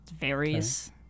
varies